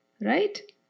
right